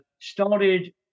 started